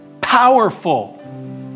powerful